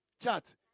Chat